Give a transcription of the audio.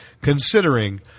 considering